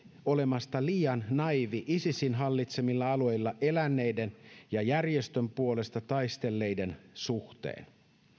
olemasta liian naiiveja isisin hallitsemilla alueilla eläneiden ja järjestön puolesta taistelleiden suhteen